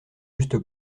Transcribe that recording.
juste